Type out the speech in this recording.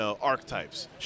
archetypes